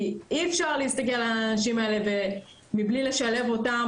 כי אי אפשר להסתכל על האנשים האלה מבלי לשלב אותם,